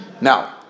now